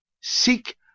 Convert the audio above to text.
Seek